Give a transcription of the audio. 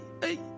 hey